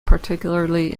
particularly